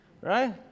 right